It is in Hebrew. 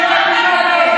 עאידה,